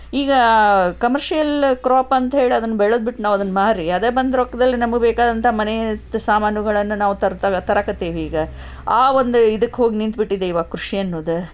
ಈಗ commercial crop ಅಂತ ಹೇಳಿ ಅದನ್ನು ಬೆಳೆದ್ಬಿಟ್ಟು ನಾವು ಅದನ್ನು ಮಾರಿ ಅದೇ ಬಂದ ರೊಕ್ಕದಲ್ಲಿ ನಮಗೆ ಬೇಕಾದಂತಹ ಮನೆಯ ಸಾಮಾನುಗಳನ್ನು ನಾವು ತರ್ತಾವ್ ತರಕತ್ತೀವಿ ಈಗ ಆ ಒಂದು ಇದಕ್ಹೋಗಿ ನಿಂತು ಬಿಟ್ಟಿದೆ ಈವಾಗ ಕೃಷಿ ಅನ್ನೋದು